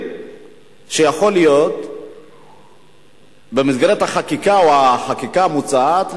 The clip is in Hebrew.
שיכול להיות במסגרת החקיקה המוצעת,